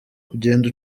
ugenda